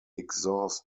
exhaust